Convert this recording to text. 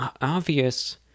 obvious